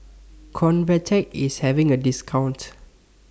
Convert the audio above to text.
Convatec IS having A discount